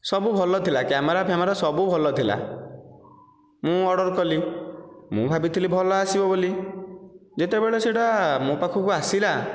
ସବୁ ଭଲ ଥିଲା କ୍ୟାମେରା ଫ୍ୟାମେରା ସବୁ ଭଲ ଥିଲା ମୁଁ ଅର୍ଡ଼ର କଲି ମୁଁ ଭାବିଥିଲି ଭଲ ଆସିବ ବୋଲି ଯେତେବେଳେ ସେଟା ମୋ ପାଖକୁ ଆସିଲା